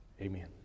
Amen